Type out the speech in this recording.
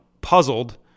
puzzled